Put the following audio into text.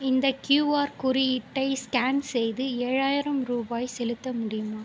இந்த கியூஆர் குறியீட்டை ஸ்கேன் செய்து ஏழாயிரம் ரூபாய் செலுத்த முடியுமா